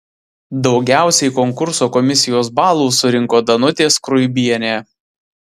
daugiausiai konkurso komisijos balų surinko danutė skruibienė